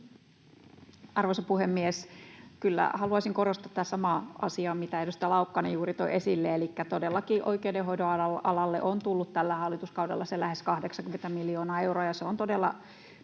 Arvoisa puhemies! Kyllä haluaisin korostaa tätä samaa asiaa, mitä edustaja Laukkanen juuri toi esille, elikkä todellakin oikeudenhoidon alalle on tullut tällä hallituskaudella se lähes 80 miljoonaa euroa, ja se on todella